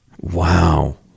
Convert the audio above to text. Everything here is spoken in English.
Wow